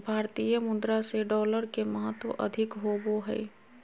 भारतीय मुद्रा से डॉलर के महत्व अधिक होबो हइ